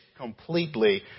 completely